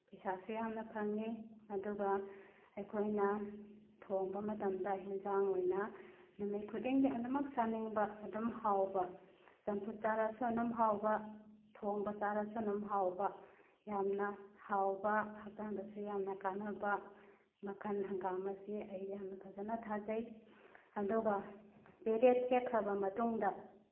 ꯄꯩꯁꯥꯁꯨ ꯌꯥꯝꯅ ꯐꯪꯉꯤ ꯑꯗꯨꯒ ꯑꯩꯈꯣꯏꯅ ꯊꯣꯡꯕ ꯃꯇꯝꯗ ꯍꯦꯟꯖꯥꯡ ꯑꯣꯏꯅ ꯅꯨꯃꯤꯠ ꯈꯨꯗꯤꯡꯒꯤ ꯑꯗꯨꯃꯛ ꯆꯥꯅꯤꯡꯕ ꯑꯗꯨꯝ ꯍꯥꯎꯕ ꯆꯝꯐꯨꯠ ꯆꯥꯔꯁꯨ ꯑꯗꯨꯝ ꯍꯥꯎꯕ ꯊꯣꯡꯕ ꯆꯥꯔꯁꯨ ꯑꯗꯨꯝ ꯍꯥꯎꯕ ꯌꯥꯝꯅ ꯍꯥꯎꯕ ꯍꯛꯆꯥꯡꯗꯁꯨ ꯌꯥꯝꯅ ꯀꯥꯟꯅꯕ ꯃꯈꯟ ꯍꯪꯒꯥꯝ ꯑꯁꯤ ꯑꯩ ꯌꯥꯝ ꯐꯖꯅ ꯊꯥꯖꯩ ꯑꯗꯨꯒ ꯄꯦꯔꯦ ꯊꯦꯛꯈ꯭ꯔꯕ ꯃꯇꯨꯡꯗ